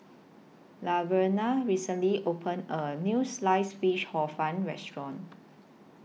Laverna recently opened A New Sliced Fish Hor Fun Restaurant